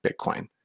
Bitcoin